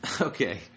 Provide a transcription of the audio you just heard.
Okay